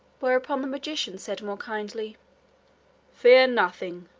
whereupon the magician said more kindly fear nothing,